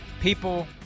people